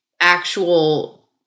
actual